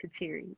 Kateri